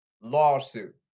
lawsuit